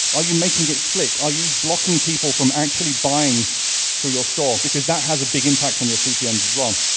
are you making it slick? are you blocking people from actually buying through your store? because that has a big impact on your cpms as well.